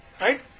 right